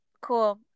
Cool